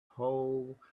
hole